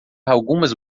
algumas